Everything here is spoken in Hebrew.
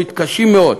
מתקשים מאוד,